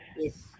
Yes